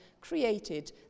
created